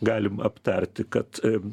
galim aptarti kad